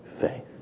faith